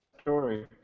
story